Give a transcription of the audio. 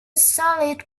solid